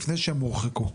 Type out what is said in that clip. לפני שהם הורחקו,